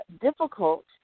difficult